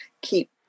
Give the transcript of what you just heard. keep